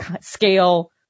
scale